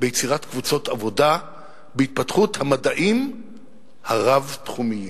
ביצירת קבוצות עבודה בהתפתחות המדעים הרב-תחומיים.